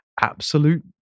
absolute